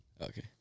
Okay